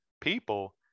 people